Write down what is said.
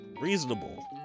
reasonable